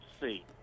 see